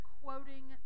quoting